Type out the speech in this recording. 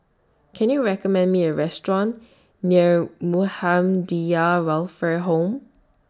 Can YOU recommend Me A Restaurant near Muhammadiyah Welfare Home